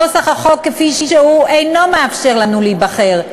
נוסח החוק כפי שהוא אינו מאפשר לנו להיבחר,